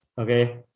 Okay